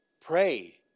Pray